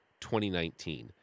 2019